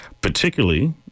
particularly